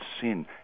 sin